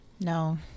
No